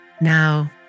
Now